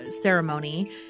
ceremony